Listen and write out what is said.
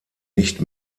nicht